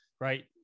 right